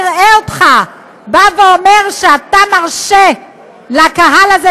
נראה אותך אומר שאתה מרשה לקהל הזה,